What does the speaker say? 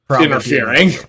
interfering